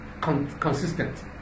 consistent